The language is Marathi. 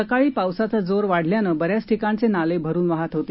सकाळी पावसाचा जोर वाढल्यानं बऱ्याच ठिकाणचे नाले भरून वाहत होते